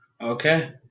Okay